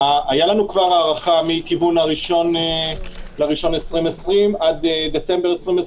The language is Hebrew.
הייתה לנו כבר הארכה מכיוון ה-1 בינואר 2020 עד דצמבר 2020,